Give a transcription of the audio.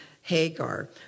Hagar